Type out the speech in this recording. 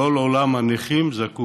כל עולם הנכים זקוק